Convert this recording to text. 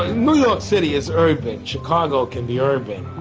ah new york city is urban. chicago can be urban.